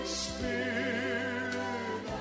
spirit